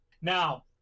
Now